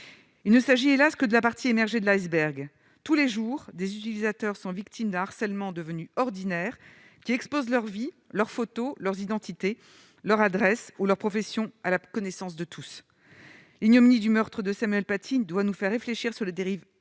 Il ne s'agit- hélas ! -que de la partie émergée de l'iceberg. Tous les jours, des utilisateurs sont victimes d'un harcèlement devenu ordinaire qui expose leur vie, leurs photos, leur identité, leur adresse ou leur profession à la connaissance de tous. L'ignominie du meurtre de Samuel Paty doit nous faire réfléchir sur les dérives